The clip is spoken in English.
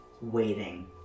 waiting